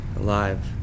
Alive